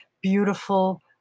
Beautiful